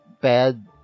bad